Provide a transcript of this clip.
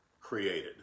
created